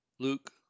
Luke